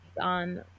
on